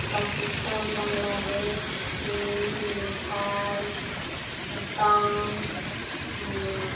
ᱯᱟᱠᱤᱥᱛᱟᱱ ᱵᱟᱝᱞᱟᱫᱮᱥ ᱪᱤᱱ ᱱᱮᱯᱟᱞ ᱵᱷᱩᱴᱟᱱ ᱢᱟᱭᱟᱱᱢᱟᱨ